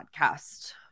podcast